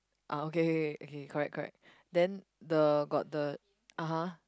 ah okay okay okay correct correct then the got the (uh huh)